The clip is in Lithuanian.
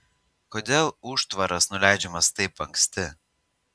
kodėl užtvaras nuleidžiamas taip anksti